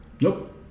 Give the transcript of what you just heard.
Nope